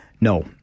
No